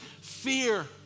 fear